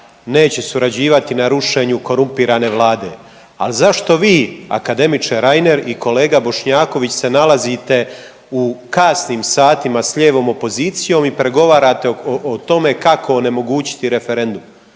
neće surađivati na rušenju korumpirane vlade, ali zašto vi, akademiče Reiner i kolega Bošnjaković se nalazite u kasnim satima s lijevom opozicijom i pregovarate o tome kako onemogućiti referendum?